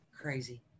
Crazy